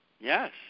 yes